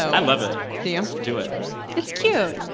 i love it do you? do it it's cute.